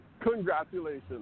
Congratulations